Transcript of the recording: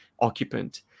occupant